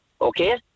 okay